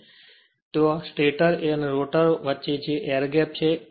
તેથી ત્યાં સ્ટેટર અને રોટર વચ્ચે ગેપ જેને એર ગેપ કહે છે